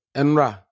Enra